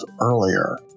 earlier